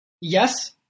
Yes